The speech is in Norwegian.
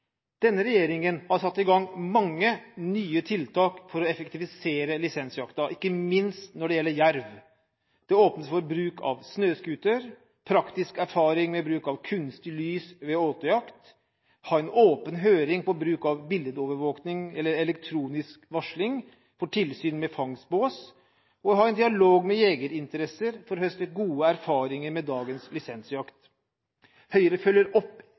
Denne regjeringen har satt i gang mange nye tiltak for å effektivisere lisensjakta, ikke minst når det gjelder jerv. Det åpnes for mer bruk av snøscooter, praktisk erfaring med bruk av kunstig lys ved åtejakt, ha en åpen høring om bruk av bildeovervåking/elektronisk varsling for tilsyn med fangstbås for jerv og ha en dialog med jegerinteresser for å høste gode erfaringer med dagens lisensjakt. Høyre følger opp